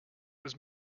was